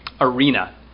arena